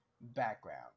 background